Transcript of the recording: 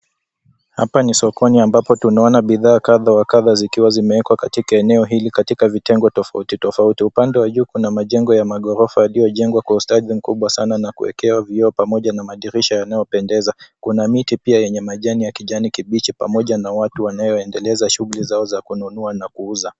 Hapa ni sokoni ambapo tunaona bidhaa kadha wa kadha zikiwa zimeekwa katika eneo hili katika vitengo tofauti tofauti. Upande wa juu kuna majengo ya maghorofa yaliyojengwa kwa ustadi mkubwa sana na kuwekewa vioo pamoja na madirisha yanayopendeza. Kuna miti pia yenye majani ya kijani kibichi pamoja na watu wanayoendeleza shughuli zao za kununua na kuuza.